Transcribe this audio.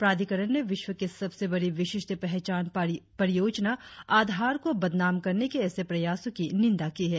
प्राधिकरण ने विश्व की स्बसे बड़ी विशिष्ठ पहचान परियोजना आधार को बदनाम करने के ऐसे प्रयासों की निंदा की है